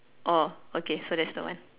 orh okay so that's the one